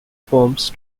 firms